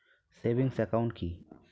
Savings account কি?